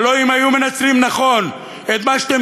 הלוא אם היו מנצלים נכון את מה שאתם